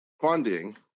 funding